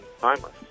timeless